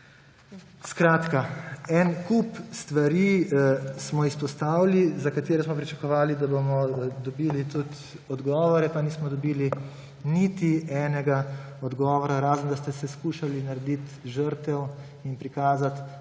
Skratka, en kup stvari smo izpostavili, za katere smo pričakovali, da bomo dobili tudi odgovore, pa nismo dobili niti enega odgovora, razen, da ste se skušali narediti žrtev in prikazati,